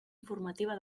informativa